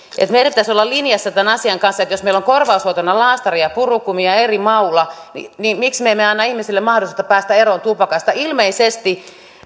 meidän pitäisi olla linjassa tämän asian kanssa jos meillä on korvaushoitona laastari ja purukumeja eri mauilla niin miksi me emme anna ihmisille mahdollisuutta päästä eroon tupakasta ilmeisesti